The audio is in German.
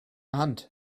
hand